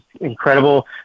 incredible